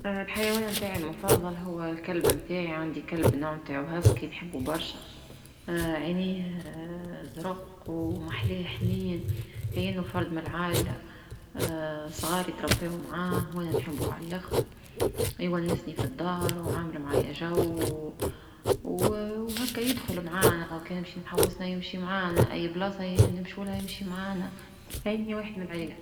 الحيوان متعي المفضل هوا الكلب متاعي، عندي كلب نوع متاعو هاسكي نحبو برشا عينيه زروق ومحلاه حنين كأنه فرد من العائلة صغاري ترباو معاه وأنا نحبو على لخر، يونسني في الدار وعامل معيا جو وهكا يدخل معنا وكي يمشي نحوس يمشي معنا أي بلاصة نمشولها يمشي معنا كأنو واحد من العائلة.